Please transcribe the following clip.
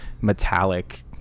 metallic